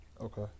Okay